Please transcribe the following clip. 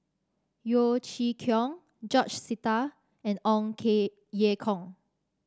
Yeo Chee Kiong George Sita and Ong Ye Kung